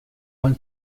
mein